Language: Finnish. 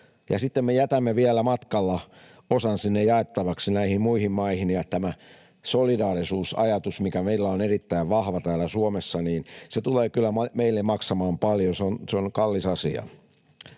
sitten jätämme vielä matkalla osan sinne jaettavaksi muihin maihin. Tämä solidaarisuusajatus, mikä meillä on erittäin vahva täällä Suomessa, tulee kyllä meille maksamaan paljon. Se on kallis asia